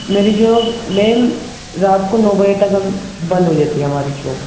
میری شاپ میم رات کو نو بجے تک ہم بند ہو جاتی ہے ہماری شاپ